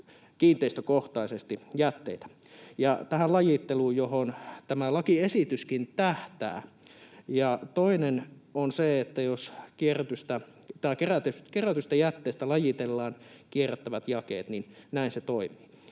kiinteistökohtaisesti jätteitä — ja johon tämä lakiesityskin tähtää. Toinen on se, että jos kerätystä jätteestä lajitellaan kierrätettävät jakeet, niin näin se toimii.